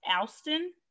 alston